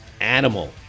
Animal